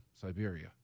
Siberia